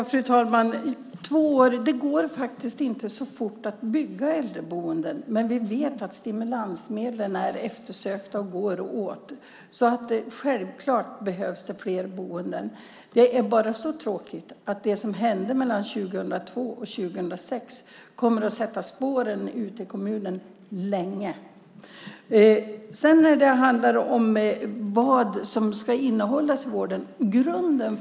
Fru talman! Två år - det går faktiskt inte så fort att bygga äldreboenden. Men vi vet att stimulansmedlen är eftersökta och går åt. Självklart behövs det fler boenden. Det är bara så tråkigt att det som hände mellan 2002 och 2006 kommer att sätta spår ute i kommunerna länge. Sedan handlade det om innehållet i vården.